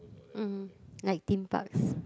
mm like theme parks